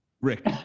Rick